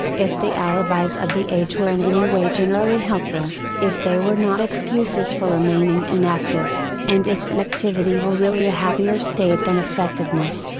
if the alibis of the age were in any way generally helpful, if they were not excuses for remaining inactive, and if inactivity were really a happier state than effectiveness,